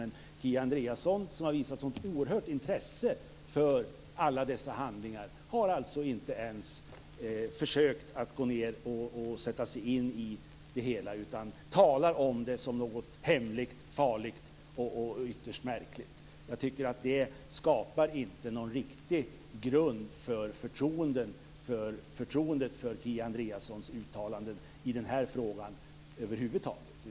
Men Kia Andreasson, som har visat ett sådant oerhört intresse för alla dessa handlingar har alltså inte ens försökt att gå ned och sätta sig in i det hela. Hon talar om det som något hemligt, farligt och ytterst märkligt. Jag tycker inte att det skapar någon riktig grund för förtroendet för Kia Andreassons uttalanden i denna fråga över huvud taget.